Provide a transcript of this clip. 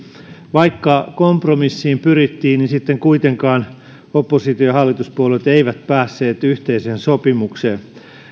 vaikka kompromissiin pyrittiin sitten kuitenkaan oppositio ja hallituspuolueet eivät päässeet yhteiseen sopimukseen